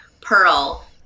pearl